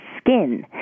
skin